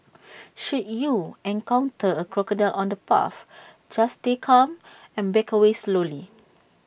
should you encounter A crocodile on the path just stay calm and back away slowly